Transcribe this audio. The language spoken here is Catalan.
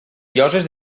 lloses